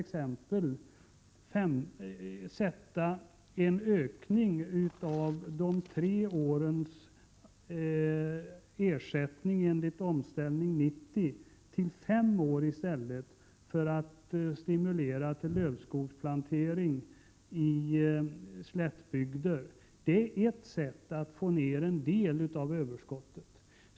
öka 6 juni 1988 de tre årens ersättning enligt Omställning 90 till fem år, för att stimulera till 2 I : i slättbygd De a kö få åt Reglering av priserna LÖvSKORED antering i slättbygder. Det är ett sätt att ner en del av påjordbruksproduköverskottet.